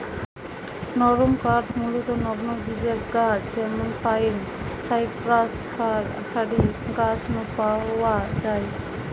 নরমকাঠ মূলতঃ নগ্নবীজের গাছ যেমন পাইন, সাইপ্রাস, ফার হারি গাছ নু পাওয়া যায়